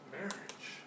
marriage